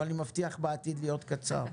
אבל אני מבטיח בעתיד להיות קצר.